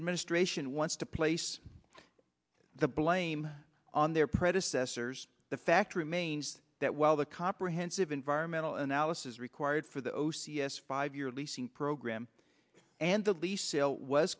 administration wants to place the blame on their predecessors the fact remains that while the comprehensive environmental analysis required for the o c s five year leasing program and the lease sale was